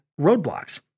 roadblocks